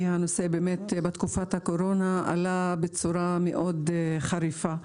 הנושא עלה בתקופת הקורונה בצורה מאוד חריפה.